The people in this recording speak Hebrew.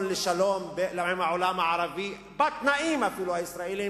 לשלום עם העולם הערבי בתנאים הישראליים,